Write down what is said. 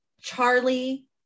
Charlie